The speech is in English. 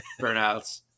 burnouts